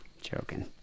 joking